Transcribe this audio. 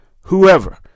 whoever